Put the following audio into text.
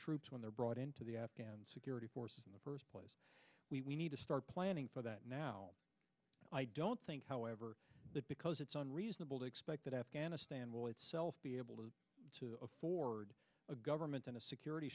troops when they're brought in to the afghan security forces in the first place we need to start planning for that now i don't think however that because it's unreasonable to expect that afghanistan will itself be able to afford a government and a security